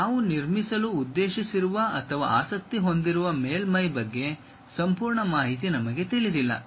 ನಾವು ನಿರ್ಮಿಸಲು ಉದ್ದೇಶಿಸಿರುವ ಅಥವಾ ಆಸಕ್ತಿ ಹೊಂದಿರುವ ಮೇಲ್ಮೈ ಬಗ್ಗೆ ಸಂಪೂರ್ಣ ಮಾಹಿತಿ ನಮಗೆ ತಿಳಿದಿಲ್ಲ